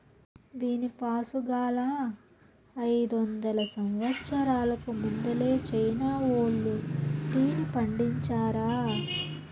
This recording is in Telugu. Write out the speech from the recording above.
దీనిపాసుగాలా, అయిదొందల సంవత్సరాలకు ముందలే చైనా వోల్లు టీని పండించారా